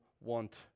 want